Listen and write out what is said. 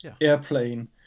airplane